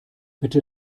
bitte